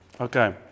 Okay